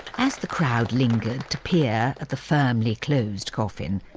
as the crowd lingered to peer at the firmly closed coffin,